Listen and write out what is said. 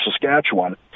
Saskatchewan